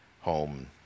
home